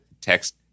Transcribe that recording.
text